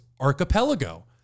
archipelago